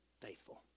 faithful